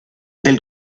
del